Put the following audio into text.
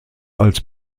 als